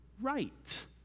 right